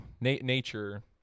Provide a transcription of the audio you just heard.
Nature